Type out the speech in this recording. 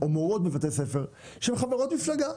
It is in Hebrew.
ומורות בבתי ספר שהן חברות מפלגה.